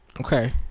Okay